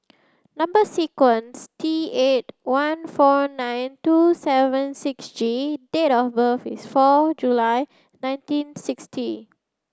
number sequence T eight one four nine two seven six G date of birth is four July nineteen sixty